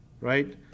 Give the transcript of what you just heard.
right